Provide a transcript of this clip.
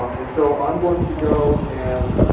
um and so i'm going to go and